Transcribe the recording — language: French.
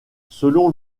selon